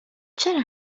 چرا